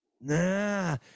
nah